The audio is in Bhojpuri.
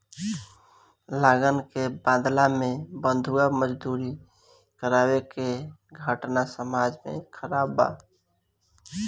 लगान के बदला में बंधुआ मजदूरी करावे के घटना समाज में खराब बा